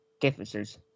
differences